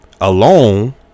alone